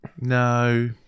No